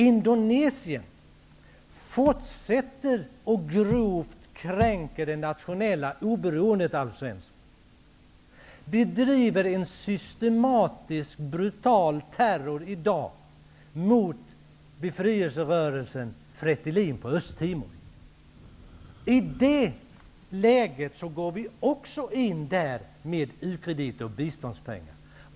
I Indonesien fortsätter man att grovt kränka det nationella oberoendet, Alf Svensson. I dag driver man där en systematisk brutal terror mot befrielserörelsen Fretilin på Östtimor. I det läget går vi också in med u-krediter och biståndspengar.